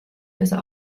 besser